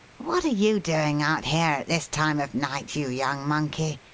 what are you doing out here at this time of night, you young monkey?